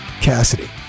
cassidy